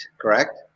correct